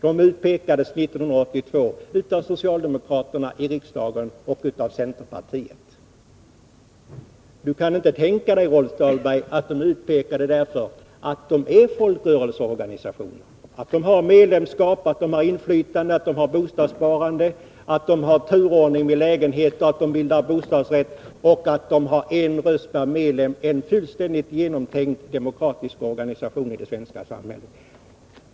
De utpekades 1982 av socialdemokraterna i riksdagen och av centerpartiet. Kan inte Rolf Dahlberg tänka sig att de är utpekade, därför att de är folkrörelseorganisationer, att de har medlemskap, att de har inflytande, att de har bostadssparande, att de har turordning vid lägenhetsbyte, att de bildar bostadsrätter och att de har en röst per medlem — en fullständigt genomtänkt demokratisk organisation i det svenska samhället?